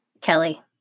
Kelly